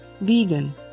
vegan